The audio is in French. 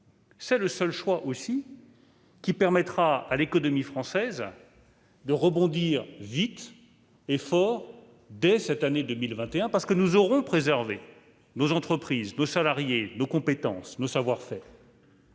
C'est le seul choix aussi qui permettra à l'économie française de rebondir vite et fort, dès cette année 2021, parce que nous aurons préservé nos entreprises, nos salariés, nos compétences, nos savoir-faire.